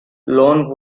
lone